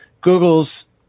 Google's